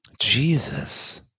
Jesus